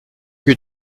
que